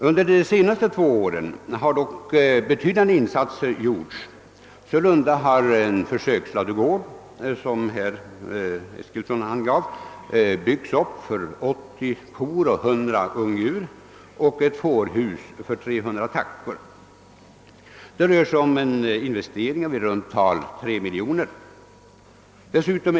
Under de senaste två åren har dock betydande insatser gjorts; Som herr Eskilsson nämnde har sålunda en försöksladugård för 80 kor och 100 ungdjur samt ett fårhus för 300 tackor uppförts. Det rör sig där om en investering på i runt tal 3 miljoner kronor.